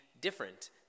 different